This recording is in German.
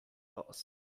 raus